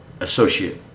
Associate